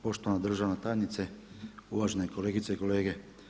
poštovana državna tajnice, uvažene kolegice i kolege.